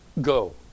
go